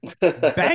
back